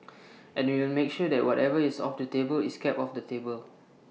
and we will make sure that whatever is off the table is kept off the table